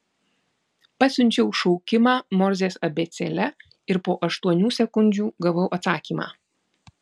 pasiunčiau šaukimą morzės abėcėle ir po aštuonių sekundžių gavau atsakymą